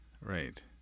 right